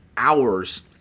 hours